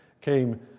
came